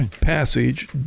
passage